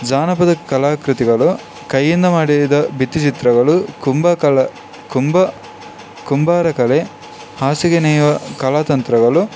ಜಾನಪದ ಕಲಾಕೃತಿಗಳು ಕೈಯಿಂದ ಮಾಡಿದ ಭಿತ್ತಿಚಿತ್ರಗಳು ಕುಂಬಾರ ಕಲೆ ಹಾಸಿಗೆ ನೇಯುವ ಕಲಾತಂತ್ರಗಳು